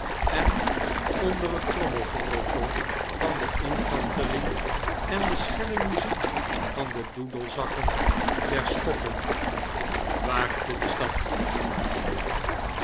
en onder het trommelgeroffel van de infanterie en de schelle muziek van de doedelzakken der schotten ontwaakte de stad